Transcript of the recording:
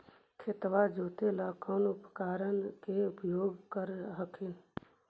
खेतबा जोते ला कौन उपकरण के उपयोग कर हखिन?